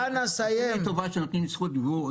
עושים לי טובה שנותנים לי זכות דיבור?